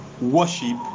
worship